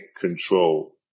control